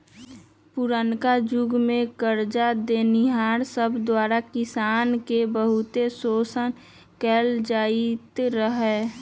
पुरनका जुग में करजा देनिहार सब द्वारा किसान के बहुते शोषण कएल जाइत रहै